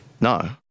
no